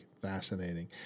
fascinating